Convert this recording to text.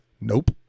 nope